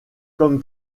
comme